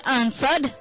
answered